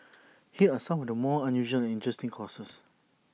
here are some of the more unusual and interesting courses